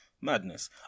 Madness